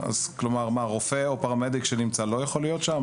כלומר, רופא או פרמדיק שנמצא לא יכול להיות שם?